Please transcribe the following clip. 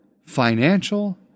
financial